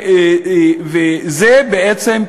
וזה בעצם,